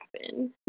happen